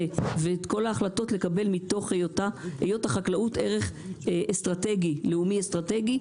היות החקלאות היא ערך לאומי אסטרטגי,